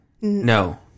No